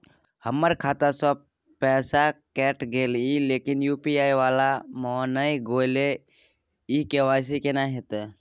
हमर खाता स पैसा कैट गेले इ लेकिन यु.पी.आई वाला म नय गेले इ वापस केना होतै?